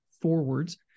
forwards